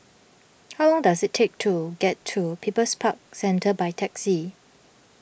how long does it take to get to People's Park Centre by taxi